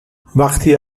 وقتی